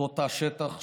אותו תא שטח,